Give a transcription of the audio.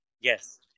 yes